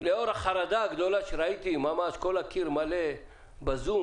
לאור החרדה הגדולה שראיתי ממש כל הקיר מלא במשתתפים בזום